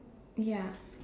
ya